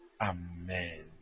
Amen